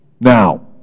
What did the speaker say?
Now